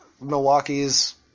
Milwaukee's